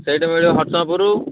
ସେଇଠି ମିଳିବ ପୁର